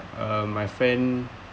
uh my friend